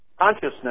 consciousness